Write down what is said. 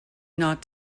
not